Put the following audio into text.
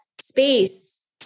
space